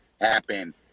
happen